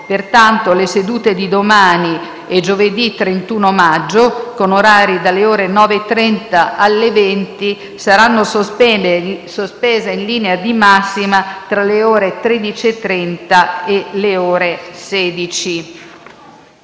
Pertanto, le sedute di domani e giovedì 31 maggio, con orari dalle ore 9,30 alle ore 20, saranno sospese in linea di massima tra le ore 13,30 e le ore 16.